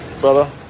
brother